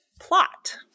Plot